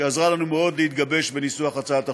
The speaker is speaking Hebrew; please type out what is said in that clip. שעזרה לנו מאוד להתגבש בניסוח הצעת החוק.